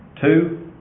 Two